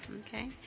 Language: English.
okay